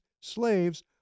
slaves